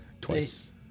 Twice